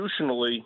institutionally